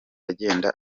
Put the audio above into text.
agenda